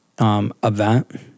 event